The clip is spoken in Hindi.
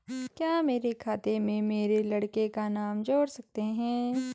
क्या मेरे खाते में मेरे लड़के का नाम जोड़ सकते हैं?